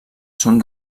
són